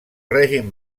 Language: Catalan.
règim